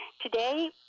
Today